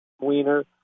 Wiener